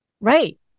right